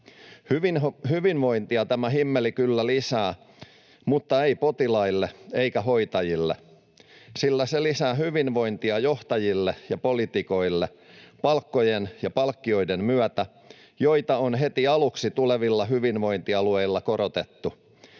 Hyvinvointia tämä himmeli kyllä lisää, mutta ei potilaille eikä hoitajille, sillä se lisää hyvinvointia johtajille ja poliitikoille palkkojen ja palkkioiden myötä, joita on heti aluksi tulevilla hyvinvointialueilla korotettu.